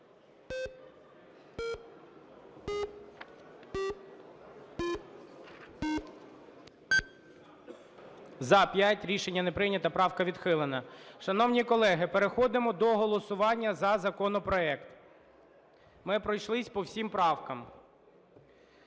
За-5 Рішення не прийнято. Правка відхилена. Шановні колеги, переходимо до голосування за законопроект. Ми пройшлись по всім правкам.